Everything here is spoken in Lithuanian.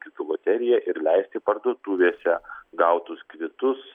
kvitų loteriją ir leisti parduotuvėse gautus kvitus